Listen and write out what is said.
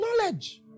knowledge